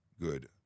good